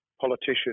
politician